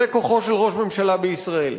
זה כוחו של ראש ממשלה בישראל.